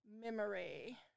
memory